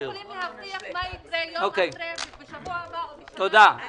אנחנו לא יכולים להבטיח מה יקרה בשבוע הבא או בשנה הבאה.